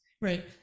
Right